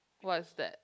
what's that